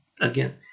again